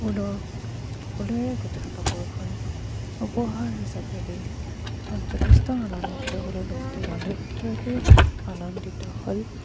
ঊলৰ ঊলেৰে গোঁথা কাপোৰখন উপহাৰ হিচাপে দি মই যথেষ্ট আনন্দিত হ'লোঁ লগতে বান্ধৱীগৰাকীও আনন্দিত হ'ল